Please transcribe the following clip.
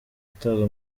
atabwa